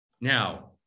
Now